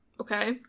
Okay